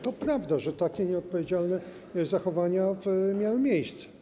To prawda, że takie nieodpowiedzialne zachowania miały miejsce.